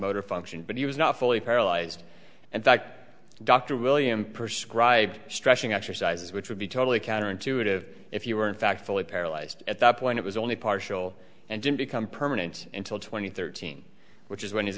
motor function but he was not fully paralyzed and fact dr william perscribe stretching exercises which would be totally counterintuitive if you were in fact fully paralyzed at that point it was only partial and didn't become permanent until two thousand and thirteen which is when h